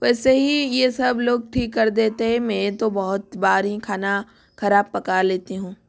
वैसे ही ये सब लोग ठीक कर देते है मैं तो बहुत बार ही खाना खराब पका लेती हूँ